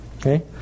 Okay